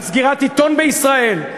על סגירת עיתון בישראל.